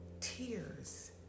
tears